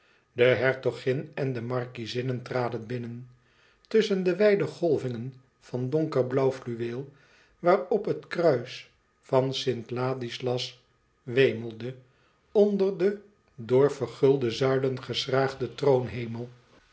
de hertogin en de markiezinnen traden binnen tusschen de wijde golvingen van donkerblauw fluweel waarop het kruis van st ladislas wemelde onder den door vergulde zuilen geschraagden